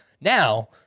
Now